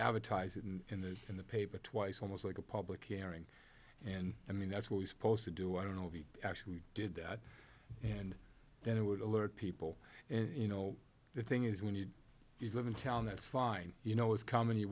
advertise it in the in the paper twice almost like a public airing and i mean that's what we supposed to do i don't know if he actually did that and then it would alert people and you know the thing is when you live in town that's fine you know it's common you